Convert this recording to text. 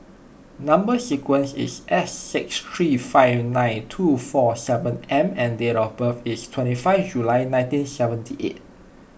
Number Sequence is S six three five nine two four seven M and date of birth is twenty five July nineteen seventy eight